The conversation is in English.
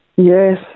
Yes